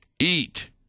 eat